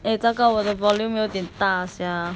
我这个我的 volume 有点大